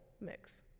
mix